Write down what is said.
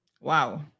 Wow